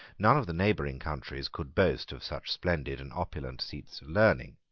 none of the neighbouring countries could boast of such splendid and opulent seats of learning.